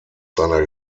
seiner